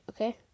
okay